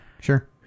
sure